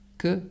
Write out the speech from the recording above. que